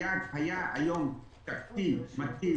היה היום תקציב מתאים